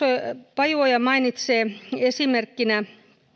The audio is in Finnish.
pajuoja mainitsee esimerkkinä